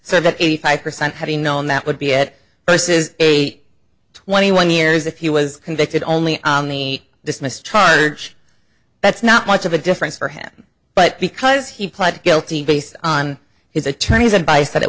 so that eighty five percent having known that would be at most is eight twenty one years if he was convicted only on the dismiss charge that's not much of a difference for him but because he pled guilty based on his attorney's advice that it